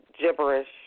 gibberish